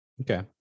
okay